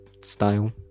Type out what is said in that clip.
style